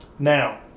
Now